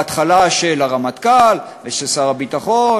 בהתחלה של הרמטכ"ל ושל שר הביטחון